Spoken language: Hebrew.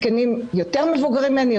זקנים יותר מבוגרים ממני,